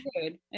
good